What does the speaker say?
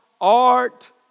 art